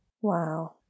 Wow